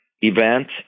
event